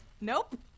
Nope